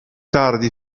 tardi